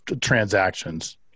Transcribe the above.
transactions